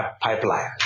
pipeline